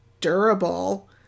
durable